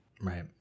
Right